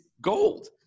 gold